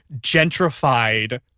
gentrified